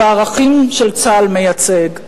בערכים שצה"ל מייצג,